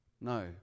No